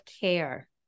care